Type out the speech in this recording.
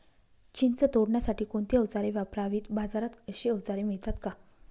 चिंच तोडण्यासाठी कोणती औजारे वापरावीत? बाजारात अशी औजारे मिळतात का?